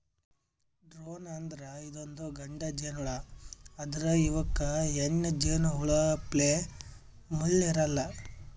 drone ಅಂದ್ರ ಇದೊಂದ್ ಗಂಡ ಜೇನಹುಳಾ ಆದ್ರ್ ಇವಕ್ಕ್ ಹೆಣ್ಣ್ ಜೇನಹುಳಪ್ಲೆ ಮುಳ್ಳ್ ಇರಲ್ಲಾ